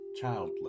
childless